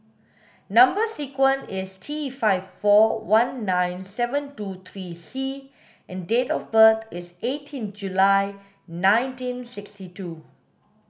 number sequence is T five four one nine seven two three C and date of birth is eighteen July nineteen sixty two